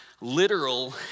literal